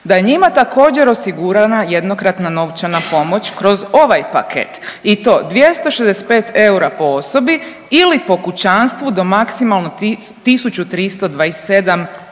da je njima također osigurana jednokratna novčana pomoć kroz ovaj paket i to 265 eura po osobi ili po kućanstvu do maksimalno 1.327 eura,